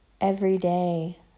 everyday